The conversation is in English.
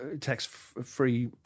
tax-free